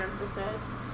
emphasis